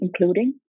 including